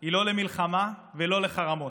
היא לא למלחמה ולא לחרמות.